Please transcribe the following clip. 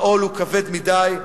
העול הוא כבד מדי.